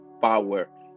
power